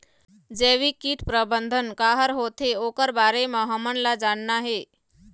जैविक कीट प्रबंधन का हर होथे ओकर बारे मे हमन ला जानना हे?